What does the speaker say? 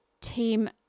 Team